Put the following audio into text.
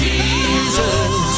Jesus